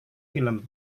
film